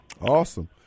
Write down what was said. Awesome